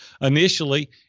initially